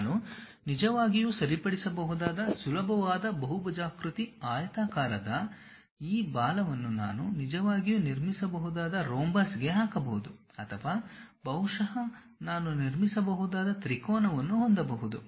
ನಾನು ನಿಜವಾಗಿಯೂ ಸರಿಪಡಿಸಬಹುದಾದ ಸುಲಭವಾದ ಬಹುಭುಜಾಕೃತಿ ಆಯತಾಕಾರದ ಈ ಬಾಲವನ್ನು ನಾನು ನಿಜವಾಗಿಯೂ ನಿರ್ಮಿಸಬಹುದಾದ ರೋಂಬಸ್ಗೆ ಹಾಕಬಹುದು ಅಥವಾ ಬಹುಶಃ ನಾನು ನಿರ್ಮಿಸಬಹುದಾದ ತ್ರಿಕೋನವನ್ನು ಹೊಂದಬಹುದು